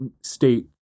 state